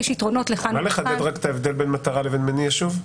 את יכולה לחדד רק את ההבדל בין מטרה לבין מניע שוב?